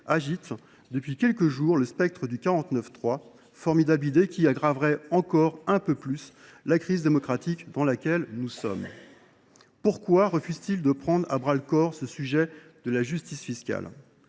agite depuis quelques jours le spectre du 49.3. Formidable idée ! Cet expédient aggraverait encore un peu plus la crise démocratique dans laquelle nous sommes plongés. Pourquoi M. Barnier refuse t il de prendre à bras le corps le sujet de la justice fiscale ?